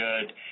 good